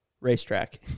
racetrack